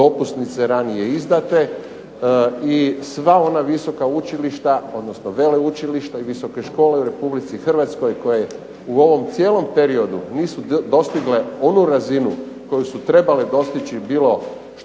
dopusnice ranije izdate i sva ona visoka učilišta, odnosno veleučilišta i visoke škole u Hrvatskoj koje u ovom cijelom periodu nisu dostigle onu razinu koju su trebale dostići bilo što